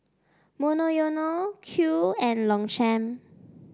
Monoyono Qoo and Longchamp